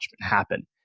happen